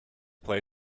play